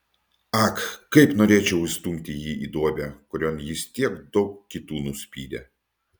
ak kaip norėčiau įstumti jį į duobę kurion jis tiek daug kitų nuspyrė